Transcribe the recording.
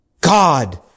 God